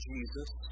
Jesus